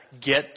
get